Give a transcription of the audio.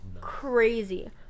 crazy